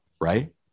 right